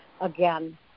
again